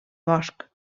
bosc